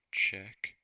check